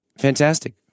fantastic